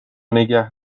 نگه